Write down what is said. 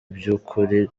byukuri